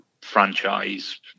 franchise